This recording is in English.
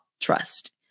trust